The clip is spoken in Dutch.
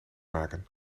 maken